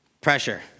Pressure